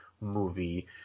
movie